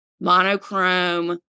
monochrome